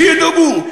שידברו,